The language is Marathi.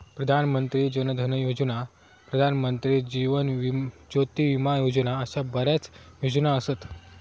प्रधान मंत्री जन धन योजना, प्रधानमंत्री जीवन ज्योती विमा योजना अशा बऱ्याच योजना असत